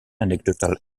anecdotal